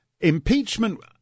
impeachment